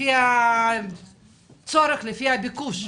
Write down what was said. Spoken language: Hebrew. לפי הצורך ולפי הביקוש,